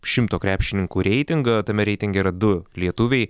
šimto krepšininkų reitingą tame reitinge yra du lietuviai